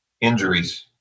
injuries